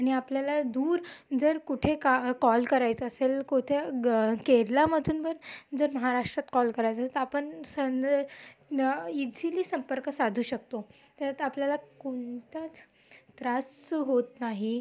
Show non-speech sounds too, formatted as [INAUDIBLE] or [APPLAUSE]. आणि आपल्याला दूर जर कुठे का कॉल करायचा असेल कोठे केरलामधून पण जर महाराष्ट्रात कॉल करायचा असेल तर आपण सनळे [UNINTELLIGIBLE] इझीली संपर्क साधू शकतो यात आपल्याला कोणताच त्रास होत नाही